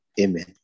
Amen